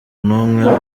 n’umwe